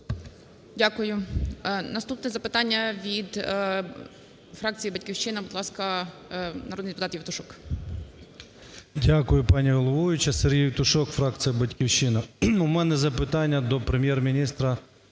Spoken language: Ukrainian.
Дякую. Наступне запитання від фракції "Батьківщина". Будь ласка, народний депутатЄвтушок. 10:38:31 ЄВТУШОК С.М. Дякую, пані головуюча. СергійЄвтушок, фракція "Батьківщина". У мене запитання до Прем'єр-міністра